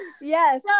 Yes